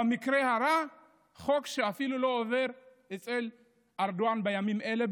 ובמקרה הרע חוק שאפילו לא עובר אצל ארדואן בימים אלה,